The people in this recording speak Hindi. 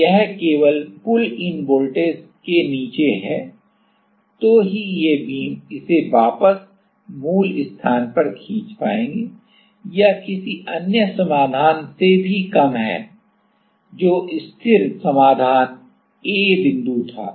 तो अगर यह केवल पुल इन वोल्टेज के नीचे है तो ही ये बीम इसे वापस मूल स्थान पर खींच पाएंगे या किसी अन्य समाधान से भी कम है जो स्थिर समाधान A बिंदु था